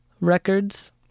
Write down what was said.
records